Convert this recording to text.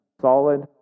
Solid